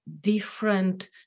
different